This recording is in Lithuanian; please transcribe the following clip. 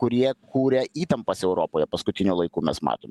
kurie kuria įtampas europoje paskutiniu laiku mes matome